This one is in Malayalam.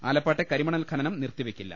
ആല പ്പാട്ടെ കരിമണൽ ഖനനം നിർത്തിവെയ്ക്കില്ല